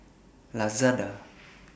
Lazada